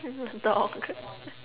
a dog